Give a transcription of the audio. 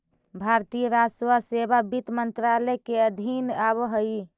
भारतीय राजस्व सेवा वित्त मंत्रालय के अधीन आवऽ हइ